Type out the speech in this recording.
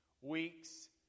weeks